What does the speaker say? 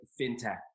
fintech